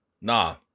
nah